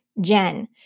Jen